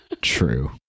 True